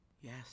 yes